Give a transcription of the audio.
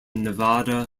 nevada